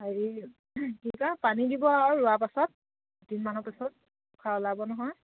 হেৰি কি কয় পানী দিব আৰু ৰোৱা পাছত দুদিনমানৰ পিছত পোখা ওলাব নহয়